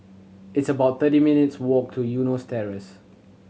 it's about thirty minutes' walk to Eunos Terrace